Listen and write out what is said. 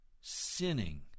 sinning